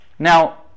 Now